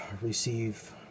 receive